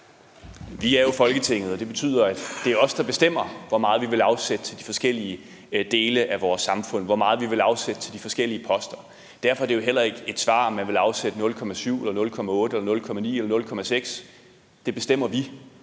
Vi er jo Folketinget, og det betyder, at det er os, der bestemmer, hvor meget vi vil afsætte til de forskellige dele af vores samfund, hvor meget vi vil afsætte til de forskellige poster. Derfor er det heller ikke et svar, at man vil afsætte 0,7 pct. eller 0,8 pct. eller 0,9 pct. eller 0,6 pct. Det bestemmer vi.